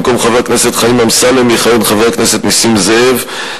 במקום חבר הכנסת חיים אמסלם יכהן חבר הכנסת נסים זאב,